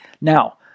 Now